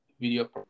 video